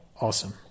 awesome